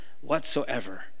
whatsoever